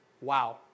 wow